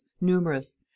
numerous